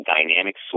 Dynamic